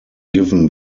given